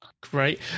Great